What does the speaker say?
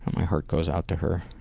my heart goes out to her.